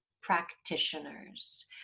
practitioners